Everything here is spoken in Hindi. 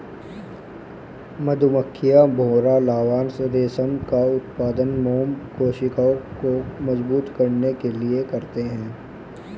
मधुमक्खियां, भौंरा लार्वा रेशम का उत्पादन मोम कोशिकाओं को मजबूत करने के लिए करते हैं